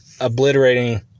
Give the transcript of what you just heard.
obliterating